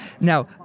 Now